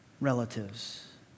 relatives